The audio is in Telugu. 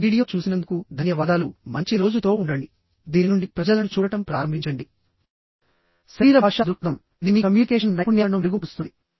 ఈ వీడియో చూసినందుకు ధన్యవాదాలుమంచి రోజు తో ఉండండిదీని నుండి ప్రజలను చూడటం ప్రారంభించండి శరీర భాషా దృక్పథంఇది మీ కమ్యూనికేషన్ నైపుణ్యాలను మెరుగుపరుస్తుంది